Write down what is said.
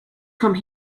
come